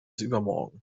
übermorgen